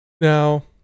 Now